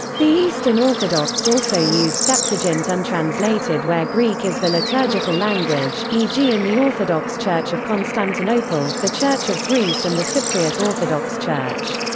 the eastern orthodox also use septuagint untranslated where greek is the liturgical language, e g. in the orthodox church of constantinople, the church of greece and the cypriot orthodox church.